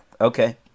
Okay